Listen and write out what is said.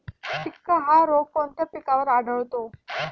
टिक्का हा रोग कोणत्या पिकावर आढळतो?